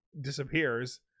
disappears